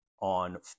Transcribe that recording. on